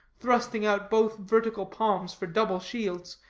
thrusting out both vertical palms for double shields,